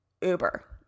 uber